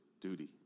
duty